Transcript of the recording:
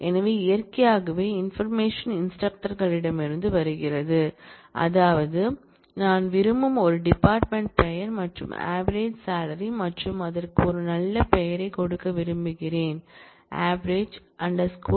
எனவே இயற்கையாகவே இன்பர்மேஷன் இன்ஸ்டிரக்டரிடமிருந்து வருகிறது அதாவது நான் விரும்புவது ஒரு டிபார்ட்மென்ட் பெயர் மற்றும் ஆவேரேஜ் சாலரி மற்றும் அதற்கு ஒரு நல்ல பெயரை கொடுக்க விரும்புகிறேன் avg salary